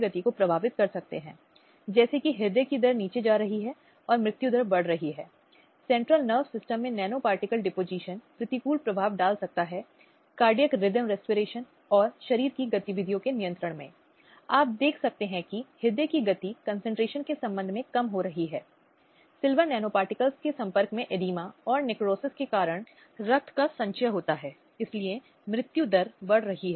अतः इसलिए बहुत संरचित बहुत सोच समझकर कदम उठाए जाने चाहिए और इस तरह के कदम सभी स्तरों पर उठाए जाने हैं चाहे वह अंतर्राष्ट्रीय स्तर पर हो या राष्ट्रीय स्तर पर उस संबंध में कानून और नीतियों की बहुत महत्वपूर्ण भूमिका है